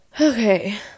Okay